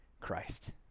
Christ